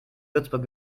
würzburg